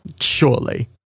Surely